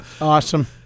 Awesome